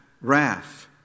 wrath